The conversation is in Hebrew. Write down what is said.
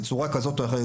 בצורה כזאת או אחרת,